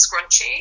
scrunchie